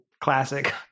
Classic